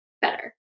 better